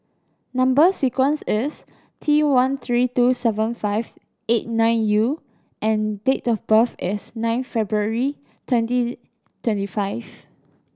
number sequence is T one three two seven five eight nine U and date of birth is nine February twenty twenty five